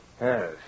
Yes